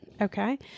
Okay